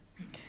Okay